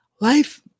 life